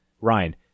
Ryan